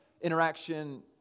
interaction